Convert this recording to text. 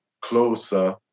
closer